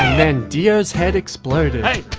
then dio's head exploded hey!